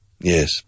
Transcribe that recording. Yes